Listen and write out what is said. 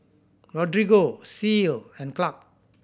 Rodrigo Ceil and Clark